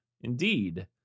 Indeed